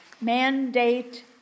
mandate